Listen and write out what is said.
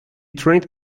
trained